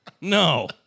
No